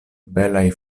belaj